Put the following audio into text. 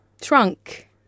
trunk